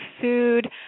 food